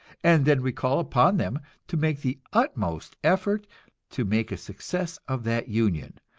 and then we call upon them to make the utmost effort to make a success of that union,